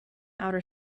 outer